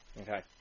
Okay